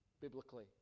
biblically